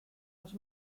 los